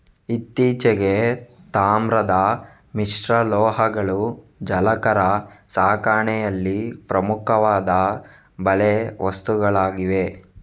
ಇತ್ತೀಚೆಗೆ, ತಾಮ್ರದ ಮಿಶ್ರಲೋಹಗಳು ಜಲಚರ ಸಾಕಣೆಯಲ್ಲಿ ಪ್ರಮುಖವಾದ ಬಲೆ ವಸ್ತುಗಳಾಗಿವೆ